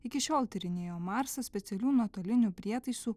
iki šiol tyrinėjo marsą specialių metalinių prietaisų